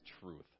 truth